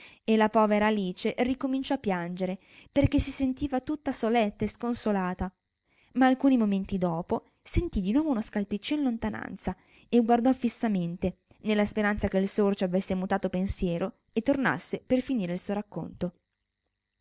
e la povera alice rincominciò a piangere perchè si sentiva tutta soletta e sconsolata ma alcuni momenti dopo sentì di nuovo uno scalpiccío in lontananza e guardò fissamente nella speranza che il sorcio avesse mutato pensiero e tornasse per finire il suo racconto